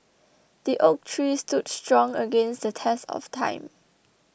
the oak tree stood strong against the test of time